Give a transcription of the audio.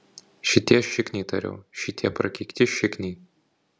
šitie šikniai tariau šitie prakeikti šikniai